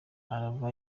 arahava